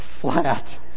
flat